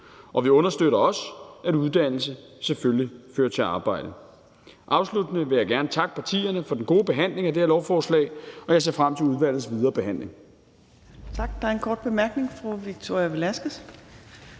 dag. Vi understøtter også, at uddannelse selvfølgelig fører til arbejde. Afsluttende vil jeg gerne takke partierne for den gode behandling af det her lovforslag, og jeg ser frem til udvalgets videre behandling.